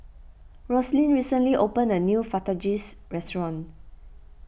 Roslyn recently opened a new Fajitas Restaurant